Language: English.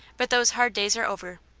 but those hard days are over.